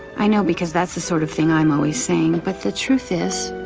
i know, because that's the sort of thing i'm always saying. but the truth is